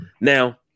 Now